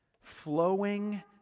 flowing